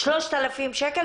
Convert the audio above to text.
3,000 שקלים,